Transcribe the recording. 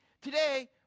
today